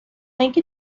اینکه